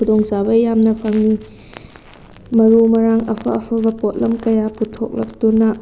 ꯈꯨꯗꯣꯡꯆꯥꯕ ꯌꯥꯝꯅ ꯐꯪꯉꯤ ꯃꯔꯨ ꯃꯔꯥꯡ ꯑꯐ ꯑꯐꯕ ꯄꯣꯠꯂꯝ ꯀꯌꯥ ꯄꯨꯊꯣꯛꯂꯛꯇꯨꯅ